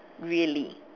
really